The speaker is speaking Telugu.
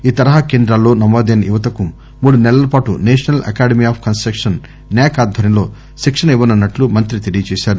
ఈ తరహా కేంద్రాల్లో నమోదైన యువతకు మూడు నెలలపాటు national academy of construction NAC ఆధ్వర్యంలో శిక్షణ ఇవ్వనున్నట్లు మంత్రి తెలియ జేశారు